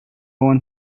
want